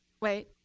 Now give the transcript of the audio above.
wait.